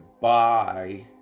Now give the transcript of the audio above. buy